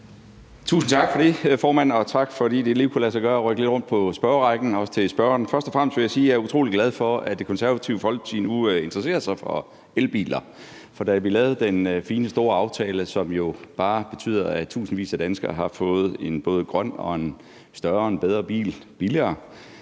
Tusind tak for det, formand, og tak, fordi det lige kunne lade sig gøre at rykke lidt rundt på spørgerrækken, og også tak til spørgeren. Først vil jeg sige, at jeg er utrolig glad for, at Det Konservative Folkeparti nu interesserer sig for elbiler. For da vi lavede den fine, store aftale, som jo bare betyder, at tusindvis af danskere har fået en både grønnere, en større og en bedre bil billigere,